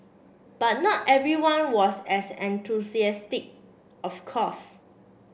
but not everyone was as enthusiastic of course